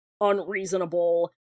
unreasonable